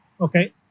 Okay